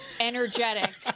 energetic